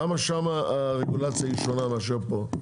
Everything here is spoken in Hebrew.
למה שם הרגולציה היא שונה מאשר פה?